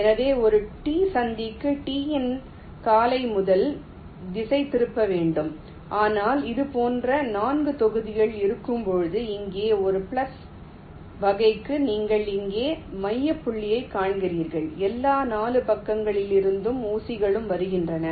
எனவே ஒரு T சந்திக்கு T இன் காலை முதலில் திசைதிருப்ப வேண்டும் ஆனால் இது போன்ற 4 தொகுதிகள் இருக்கும்போது இங்கே ஒரு பிளஸ் வகைக்கு நீங்கள் இங்கே மைய புள்ளியைக் காண்கிறீர்கள் எல்லா 4 பக்கங்களிலிருந்தும் ஊசிகளும் வருகின்றன